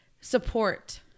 support